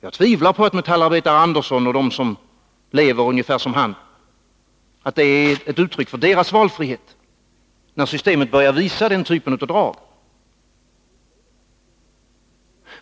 Jag tvivlar på att det är ett uttryck för metallarbetare Anderssons valfrihet eller valfriheten för andra människor som lever ungefär som han, när systemet börjar visa den typen av drag.